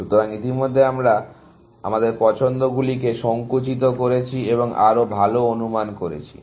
সুতরাং ইতিমধ্যে আমরা আমাদের পছন্দগুলিকে সংকুচিত করেছি এবং আরও ভাল অনুমান করেছি